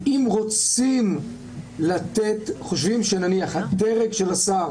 אם חושבים שנניח הדרג של השר